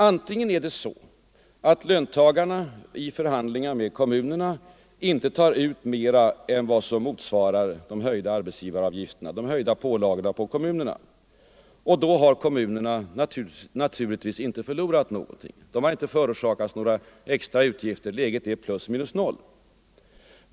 Antingen är det så att löntagarna i sina förhandlingar med kommunerna inte tar ut mer än vad som finns sedan man dragit ifrån de höjda arbetsgivaravgifterna, de höjda pålagorna, på kommunerna. Då har kommunerna naturligtvis inte förlorat någonting. De har inte förorsakats några extra utgifter, utan läget är plus minus noll.